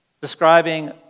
describing